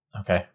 okay